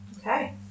Okay